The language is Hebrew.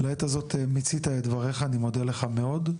מניח שלעת הזאת, מיצית את דבריך, אני מודה לך מאד.